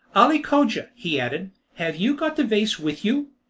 ali cogia, he added, have you got the vase with you?